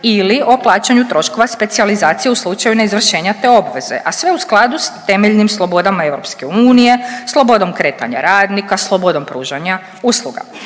ili o plaćanju troškova specijalizacije u slučaju neizvršenja te obveze, a sve u skladu s temeljnim slobodama EU, slobodom kretanja radnika, slobodom pružanja usluga.